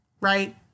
right